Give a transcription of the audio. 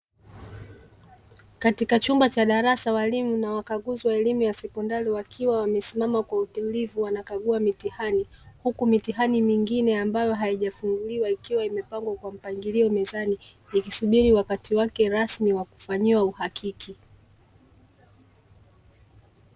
Katika chumba cha darasa, walimu na wakaguzi wa elimu ya sekondari wakiwa wamesimama kwa utulivu wanakagua mitihani, huku mitihani mingine ambayo haijafunguliwa ikiwa imepangwa kwa mpangilio mezani, ikisubiri wakati wake rasmi wa kufanyiwa uhakiki.